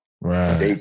Right